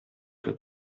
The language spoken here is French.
que